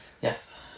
Yes